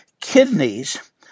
kidneys